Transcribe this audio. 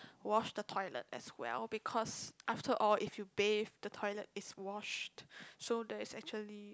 wash the toilet as well because after all if you bath the toilet is washed so that's actually